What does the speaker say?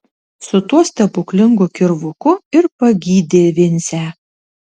su tuo stebuklingu kirvuku ir pagydė vincę